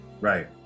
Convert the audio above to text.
Right